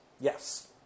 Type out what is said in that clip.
Yes